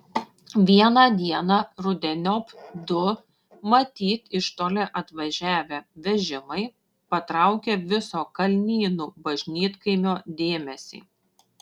vieną dieną rudeniop du matyt iš toli atvažiavę vežimai patraukė viso kalnynų bažnytkaimio dėmesį